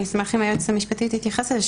אני אשמח אם היועצת המשפטית תתייחס לזה,